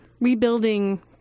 rebuilding